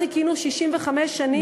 שחיכינו לה 65 שנים?